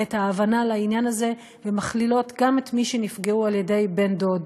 את ההבנה לעניין הזה ומכלילות גם את מי שנפגעו על-ידי בן-דוד